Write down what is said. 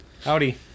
Howdy